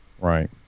Right